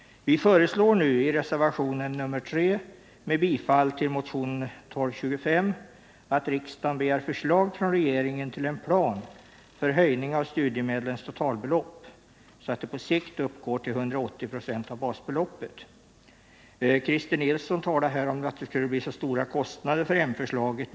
Vi föreslår nu i reservationen 3 med bifall till motion 1225 att riksdagen begär förslag från regeringen till en plan för höjning av studiemedlens totalbelopp, så att det på sikt uppgår till 180 96 av basbeloppet. Christer Nilsson sade att det skulle bli så stora kostnader för moderatförslaget.